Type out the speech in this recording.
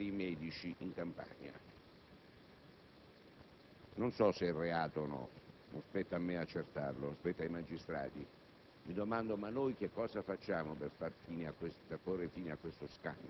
Non mi pronuncerò sull'inchiesta giudiziaria, non l'ho mai fatto e tanto meno intendo farlo in questa occasione quando non moltissimo si conosce. Si sa però che l'ipotesi accusatoria - l'ha confermato